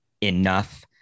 enough